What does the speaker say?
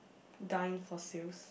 dine for sales